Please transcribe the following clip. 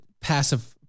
passive